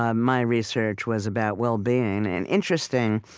ah my research was about well-being and interesting,